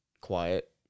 quiet